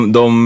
de